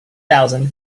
thousand